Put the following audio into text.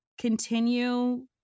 continue